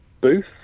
Booth